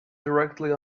directly